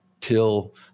till